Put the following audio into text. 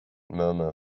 murmur